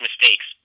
mistakes